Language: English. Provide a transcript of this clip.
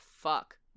fuck